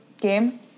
game